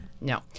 no